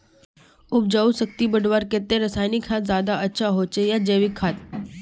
उपजाऊ शक्ति बढ़वार केते रासायनिक खाद ज्यादा अच्छा होचे या जैविक खाद?